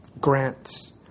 grants